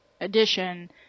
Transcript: edition